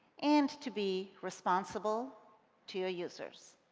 and to be responsible to your users.